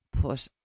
Put